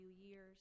years